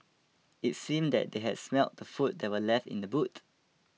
it seemed that they had smelt the food that were left in the boot